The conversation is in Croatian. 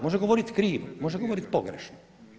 Može govoriti krivo, može govorit pogrešno.